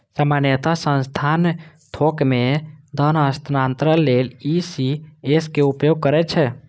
सामान्यतः संस्थान थोक मे धन हस्तांतरण लेल ई.सी.एस के उपयोग करै छै